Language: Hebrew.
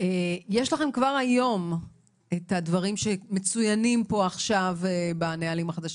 לכם כבר היום את הדברים שמצוינים פה עכשיו בתקנות.